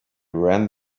ran